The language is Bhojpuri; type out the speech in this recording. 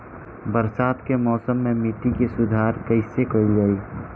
बरसात के मौसम में मिट्टी के सुधार कईसे कईल जाई?